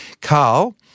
Carl